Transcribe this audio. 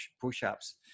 push-ups